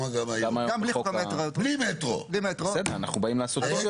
לאשר, בין אם זה בגוף